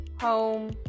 home